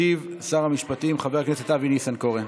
ישיב שר המשפטים חבר הכנסת אבי ניסנקורן.